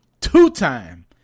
two-time